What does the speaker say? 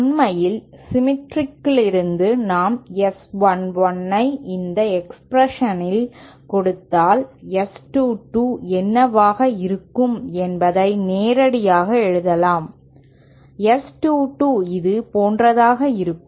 உண்மையில் சிமெட்ரிகிலிருந்து நாம் S 1 1 ஐ இந்த எக்ஸ்பிரஷனில் கொடுத்தால் S 2 2 என்னவாக இருக்கும் என்பதை நேரடியாக எழுதலாம் S 2 2 இது போன்றதாக இருக்கும்